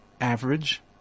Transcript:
average